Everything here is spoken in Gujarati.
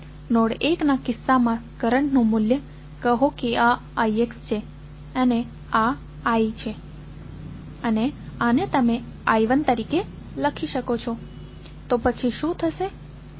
નોડ 1 ના કિસ્સામાં કરંટનું મૂલ્ય કહો કે આ Ix છે આ I છે અને આને તમે I1 તરીકે લઈ શકો છો તો પછી શું થશે